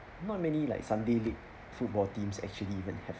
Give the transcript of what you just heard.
not many like sunday league football teams actually even have